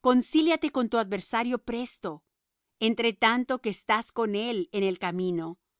concíliate con tu adversario presto entre tanto que estás con él en el camino